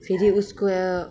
फेरि उसको